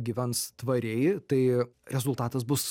gyvens tvariai tai rezultatas bus